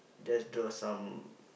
just draw some